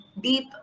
deep